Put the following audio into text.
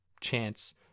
chance